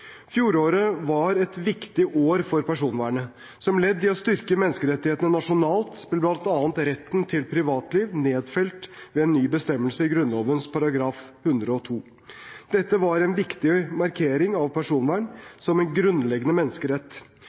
Fjoråret var et viktig år for personvernet. Som et ledd i å styrke menneskerettighetene nasjonalt ble bl.a. retten til privatliv nedfelt ved en ny bestemmelse i Grunnloven § 102. Dette var en viktig markering av personvern som en grunnleggende menneskerett.